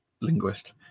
linguist